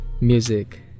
Music